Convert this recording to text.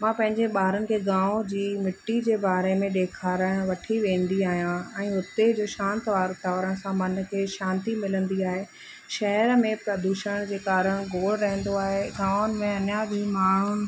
मां पंहिंजे ॿारनि खे गांव जी मिट्टी जे बारे में ॾेखारण वठी वेंदी आहियां ऐं उते जो शांति वातावरण जंहिंसा मन खे शांति मिलंदी आहे शहर में प्रदूषण जे कारण गोड़ रहेंदो आहे गांवनि में अञा बि माण्हुनि